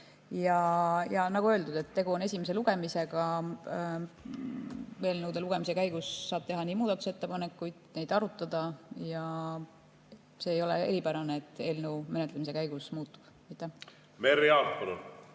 Nagu öeldud, tegu on esimese lugemisega. Eelnõude lugemise käigus saab teha muudatusettepanekuid, neid arutada, ja see ei ole eripärane, et eelnõu menetlemise käigus muutub. Merry Aart,